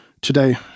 today